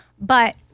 But-